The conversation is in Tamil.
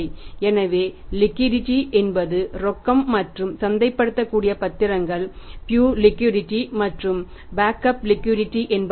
எனவே லிக்விடிடீ என்பதாகும்